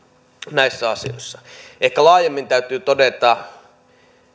näissä asioissa ehkä laajemmin täytyy todeta